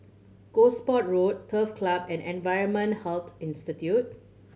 Gosport Road Turf Club and Environmental Health Institute